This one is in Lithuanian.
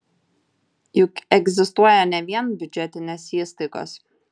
juk egzistuoja ne vien biudžetinės įstaigos